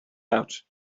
out